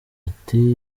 ati